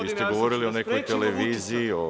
Vi ste govorili o nekoj televiziji.